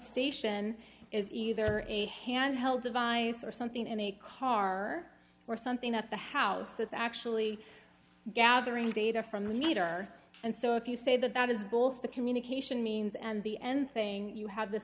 station is either a handheld device or something in a car or something at the house that's actually gathering data from the meter and so if you say that that is both the communication means and the end thing you have this